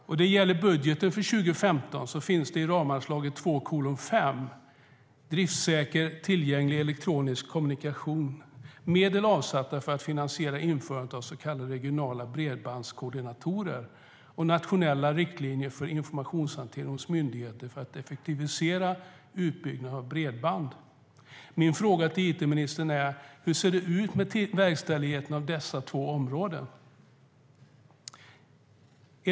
När det gäller budgeten för 2015 finns i ramanslaget 2:5, Driftssäker och tillgänglig elektronisk kommunikation, medel avsatta för att finansiera införandet av så kallade regionala bredbandskoordinatorer och nationella riktlinjer för informationshantering hos myndigheter för att effektivisera utbyggnad av bredband. Min fråga till it-ministern är: Hur ser det ut med verkställigheten av dessa två områden?